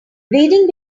reading